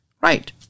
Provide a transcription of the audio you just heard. Right